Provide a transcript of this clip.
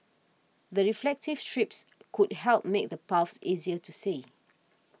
the reflective strips could help make the paths easier to see